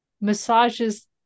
massages